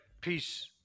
Peace